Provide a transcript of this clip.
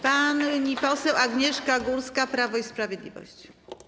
Pani poseł Agnieszka Górska, Prawo i Sprawiedliwość.